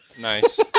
Nice